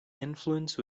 influence